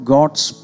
God's